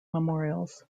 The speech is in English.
memorials